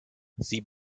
sie